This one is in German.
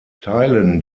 teilen